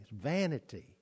vanity